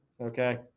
Okay